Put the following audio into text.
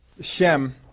Shem